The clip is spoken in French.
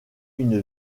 une